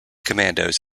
commandos